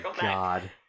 god